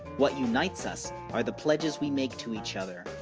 what unites us are the pledges we make to each other,